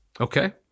Okay